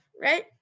right